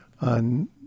on